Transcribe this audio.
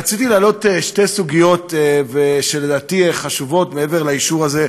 רציתי להעלות שתי סוגיות שלדעתי חשובות מעבר לאישור הזה,